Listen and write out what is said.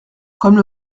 comme